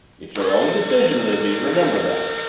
it's your own decision, lizzie remember that.